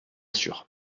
sûr